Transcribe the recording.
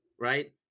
right